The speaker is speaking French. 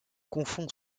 confond